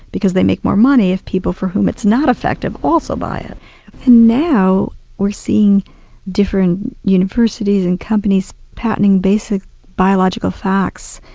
because they make more money if people for whom it's not effective also buy it. and now we're seeing different universities and companies patenting basic biological facts.